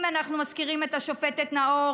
אם אנחנו מזכירים את השופטת נאור,